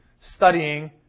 studying